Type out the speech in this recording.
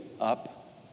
up